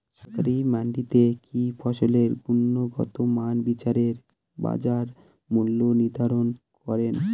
সরকারি মান্ডিতে কি ফসলের গুনগতমান বিচারে বাজার মূল্য নির্ধারণ করেন?